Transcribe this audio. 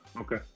Okay